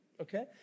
okay